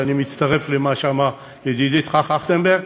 ואני מצטרף למה שאמר ידידי טרכטנברג: